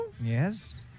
Yes